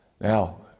Now